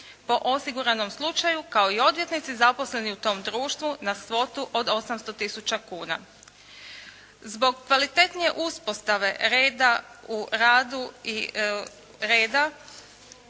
po osiguranom slučaju kao i odvjetnici zaposleni u tom društvu na svotu od 800 tisuća kuna. Zbog kvalitetnije uspostave reda u radu